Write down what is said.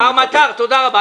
מר מטר, תודה רבה.